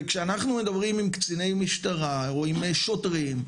וכשאנחנו מדברים עם קציני משטרה או עם שוטרים,